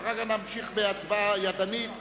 ואחר כך נמשיך בהצבעה ידנית.